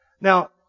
Now